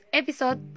episode